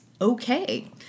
okay